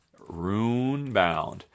Runebound